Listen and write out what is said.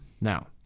Now